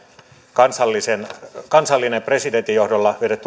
kansallinen presidentin johdolla vedetty